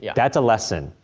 yeah that's a lesson,